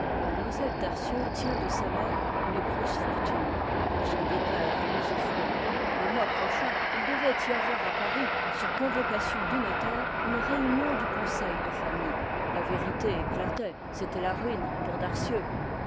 mlle darcieux tient de sa mère une grosse fortune dont son beau-père a l'usufruit le mois prochain il devait y avoir à paris sur convocation du notaire une réunion du conseil de famille la vérité éclatait c'était la ruine pour darcieux